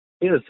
Yes